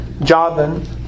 Javan